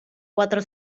cuatro